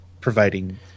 providing